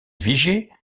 vigier